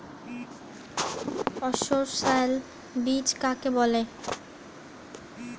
অসস্যল বীজ কাকে বলে?